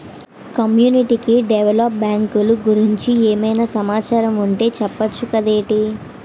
community develop బ్యాంకులు గురించి ఏమైనా సమాచారం ఉంటె చెప్పొచ్చు కదేటి